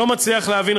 לא מצליח להבין,